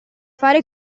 fare